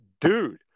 dude